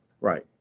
Right